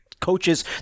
coaches